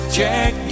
Check